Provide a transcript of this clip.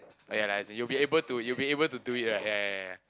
ya lah as in you will be able to you will be able to do it right ya ya ya